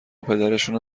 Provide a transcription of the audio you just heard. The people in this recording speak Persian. پدرشونو